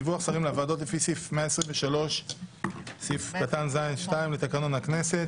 דיווח שרים לוועדות לפי סעיף 123(ז)(2) לתקנון הכנסת.